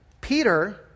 Peter